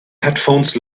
headphones